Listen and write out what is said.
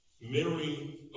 Mary